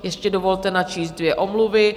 Ještě dovolte načíst dvě omluvy.